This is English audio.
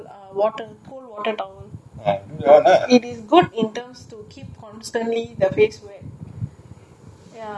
this one is just to keep constantly the face wet ya it's actually one of the remedy you're correct I can show you